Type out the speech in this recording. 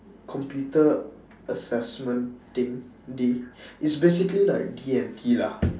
computer assessment thing D it's basically like D&T lah